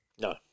no